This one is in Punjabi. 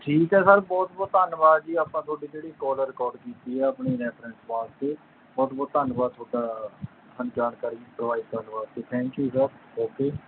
ਠੀਕ ਹੈ ਸਰ ਬਹੁਤ ਬਹੁਤ ਧੰਨਵਾਦ ਜੀ ਆਪਾਂ ਤੁਹਾਡੀ ਜਿਹੜੀ ਕੌਲ ਆ ਰਿਕੋਰਡ ਕੀਤੀ ਹੈ ਆਪਣੇ ਰੈਫਰੈਂਸ ਵਾਸਤੇ ਬਹੁਤ ਬਹੁਤ ਧੰਨਵਾਦ ਤੁਹਾਡਾ ਸਾਨੂੰ ਜਾਣਕਾਰੀ ਪ੍ਰੋਵਾਈਡ ਕਰਨ ਵਾਸਤੇ ਥੈਂਕ ਯੂ ਸਰ ਓਕੇ